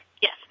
Yes